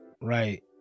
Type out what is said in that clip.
Right